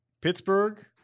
Pittsburgh